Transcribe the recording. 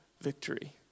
victory